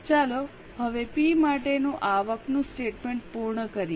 ચાલો હવે પી માટેનું આવકનું સ્ટેટમેન્ટ પૂર્ણ કરીએ